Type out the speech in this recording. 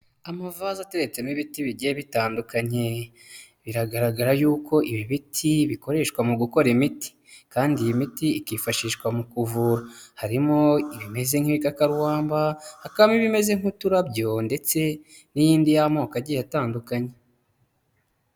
Amavaze ateretsemo ibiti bigiye bitandukanye, biragaragara yuko ibi biti bikoreshwa mu gukora imiti kandi iyi miti ikifashishwa mu kuvura, harimo ibimeze nk'ibikakarumba, hakabamo ibimeze nk'uturabyo ndetse n'iyindi y'amoko agiye atandukanye.